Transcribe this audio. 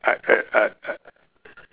I I I